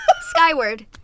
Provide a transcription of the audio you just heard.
skyward